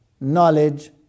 knowledge